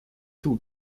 two